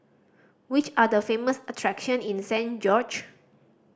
which are the famous attraction in Saint George